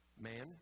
man